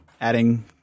adding